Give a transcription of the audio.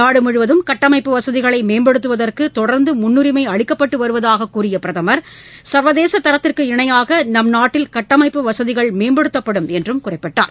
நாடு முழுவதும் கட்டமைப்பு வசதிகளை மேம்படுத்துவதற்கு தொடர்ந்து முன்னுரிமை அளிக்கப்படுவதாக கூறிய அவர் சர்வதேசதரத்திற்கு இணையாக நம் நாட்டில் கட்டமைப்பு வசதிகள் மேம்படுத்தப்படும் என்றும் குறிப்பிட்டார்